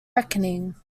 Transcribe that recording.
reckoning